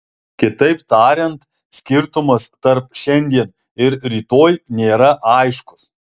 kitaip tariant skirtumas tarp šiandien ir rytoj nėra aiškus